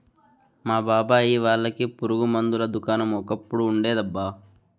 మా బాబాయ్ వాళ్ళకి పురుగు మందుల దుకాణం ఒకప్పుడు ఉండేదబ్బా